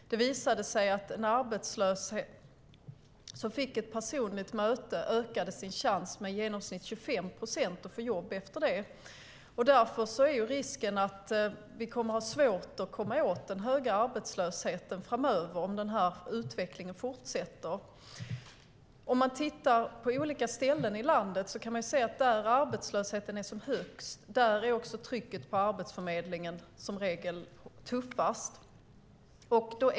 Det visade sig att en arbetslös som fick ett personligt möte ökade sin chans att få jobb med i genomsnitt 25 procent. Därför är risken att vi kommer att ha svårt att komma åt den höga arbetslösheten framöver om den här utvecklingen fortsätter. Om man jämför olika ställen i landet kan man se att där arbetslösheten är som störst är också trycket på Arbetsförmedlingen som tuffast.